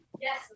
Yes